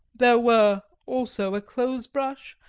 there were also a clothes brush,